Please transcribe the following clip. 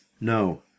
No